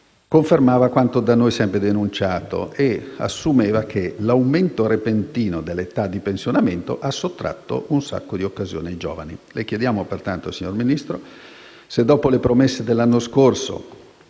confermato quanto da noi sempre denunciato e ha assunto che l'aumento repentino dell'età di pensionamento ha sottratto un sacco di occasioni ai giovani. Pertanto, signor Ministro, le chiediamo se, dopo le promesse dell'anno scorso